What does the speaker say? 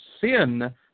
sin